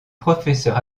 professeur